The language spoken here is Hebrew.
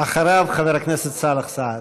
אחריו, חבר הכנסת סאלח סעד.